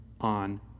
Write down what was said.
on